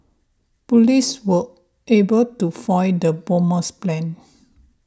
police were able to foil the bomber's plan